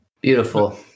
Beautiful